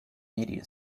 media